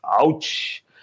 Ouch